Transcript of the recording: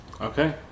Okay